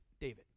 David